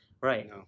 Right